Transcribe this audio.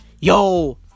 yo